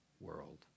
world